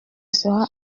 sera